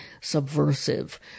subversive